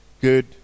good